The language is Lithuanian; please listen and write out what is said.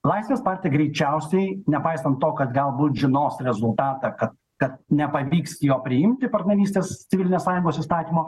laisvės partija greičiausiai nepaisant to kad galbūt žinos rezultatą kad kad nepavyks jo priimti partnerystės civilinės sąjungos įstatymo